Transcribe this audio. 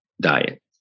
diet